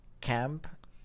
camp